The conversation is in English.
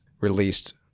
released